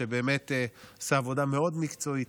שבאמת עשה עבודה מאוד מקצועית,